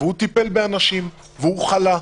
הוא טיפל באנשים, והוא חלה.